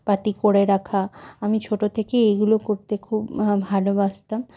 পাতি করে রাখা আমি ছোটো থেকেই এইগুলো করতে খুব ভালোবাসতাম